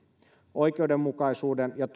oikeudenmukaisuuden ja